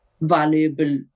valuable